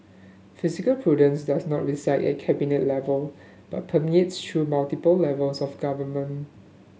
fiscal prudence does not reside at the Cabinet level but permeates through multiple levels of government